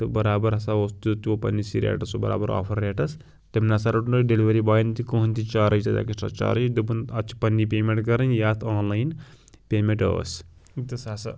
تہٕ برابر ہسا اوس تہٕ پنٕنسی ریٹَس سُہ برابَر آفر ریٹَس تمہِ نسا روٚٹ نہٕ ڈِلوری بایَن تہِ کٕہٕنۍ تہِ چارج ایکسٹرا چارج دوٚپُن اَتھ چھ پنٕنی پیمیٚنٹ کرٕنۍ یہِ اَتھ آن لاین پیمینٹ ٲس تہٕ سُہ ہسا